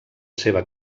seva